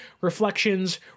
reflections